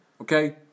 Okay